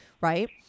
right